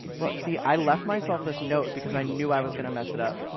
look. see, i left myself this note because i knew i was going to mess it up.